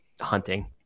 hunting